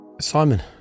Simon